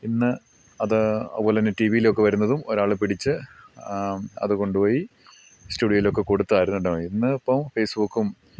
ഇന്ന് അത് അതുപോലെതന്നെ ടി വി യിലൊക്കെ വരുന്നതും ഒരാൾ പിടിച്ച് അത് കൊണ്ടുപോയി സ്റ്റുഡിയോയിലൊക്കെ കൊടുത്തായിരുന്നു ഡൗ ഇന്നിപ്പം ഫേസ്ബുക്കും